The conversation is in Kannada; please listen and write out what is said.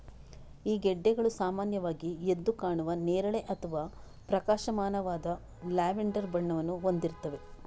ಈ ಗೆಡ್ಡೆಗಳು ಸಾಮಾನ್ಯವಾಗಿ ಎದ್ದು ಕಾಣುವ ನೇರಳೆ ಅಥವಾ ಪ್ರಕಾಶಮಾನವಾದ ಲ್ಯಾವೆಂಡರ್ ಬಣ್ಣವನ್ನು ಹೊಂದಿರ್ತವೆ